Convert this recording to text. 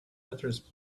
address